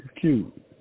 cute